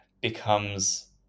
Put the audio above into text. becomes